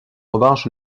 revanche